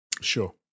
sure